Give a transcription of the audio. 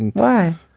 and why?